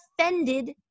offended